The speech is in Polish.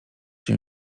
się